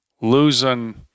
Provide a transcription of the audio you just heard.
losing